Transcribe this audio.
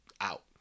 out